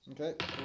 Okay